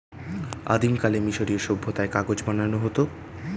আদিমকালে মিশরীয় সভ্যতায় কাগজ বানানো হতো